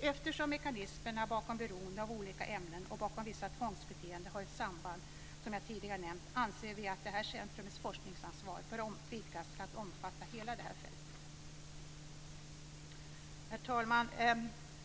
Eftersom mekanismerna bakom beroende av olika ämnen och bakom vissa tvångsbeteenden har ett samband - som jag tidigare nämnt - anser vi att detta centrums forskningsansvar bör vidgas till att omfatta hela fältet. Herr talman!